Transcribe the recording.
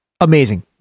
amazing